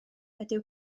ydyw